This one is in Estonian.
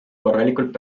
korralikult